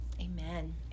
amen